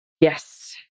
Yes